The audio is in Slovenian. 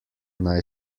naj